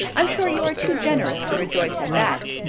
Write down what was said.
i'm sure you are too generous to rejoice at that.